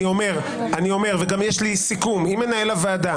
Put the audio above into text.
אני אומר וגם יש לי סיכום עם מנהל הוועדה,